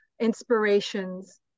inspirations